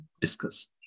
discuss